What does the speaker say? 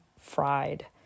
fried